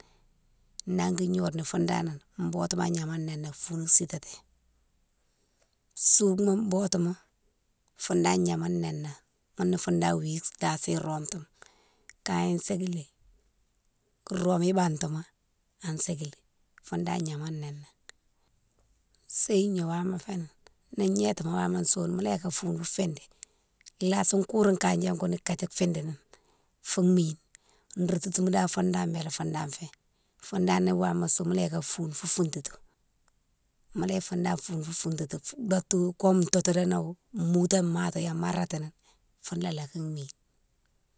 Nangui gnode na foune dane botima agnama noné, foune sitati. Sougouma botouma foune dane gnama noné, ghounné foune dane wi lasi romtouma kaye a sékili, rome batima an sékili foune dane gnama noné. Séhima wama fénan ni gnétima wama soune mola yike a foune a fidi lasi kouri younne kandjé koune kadjé fidini foune mine, routoutouma dane foune dane bélé foune dane fé, foune dane ni wama sowou mola yike a foune fou foutoutou. Mola yike foune dane foune fou foutoutou dotou comme toutoudone nowo, moutome mati yama ratani founé ala ka mine.